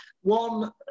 one